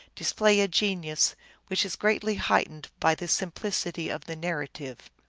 display a genius which is greatly heightened by the simplicity of the narrative.